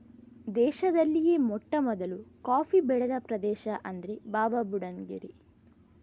ದೇಶದಲ್ಲಿಯೇ ಮೊಟ್ಟಮೊದಲು ಕಾಫಿ ಬೆಳೆದ ಪ್ರದೇಶ ಅಂದ್ರೆ ಬಾಬಾಬುಡನ್ ಗಿರಿ